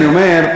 אני אומר את זה,